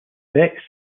beck